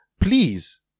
please